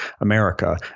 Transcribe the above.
America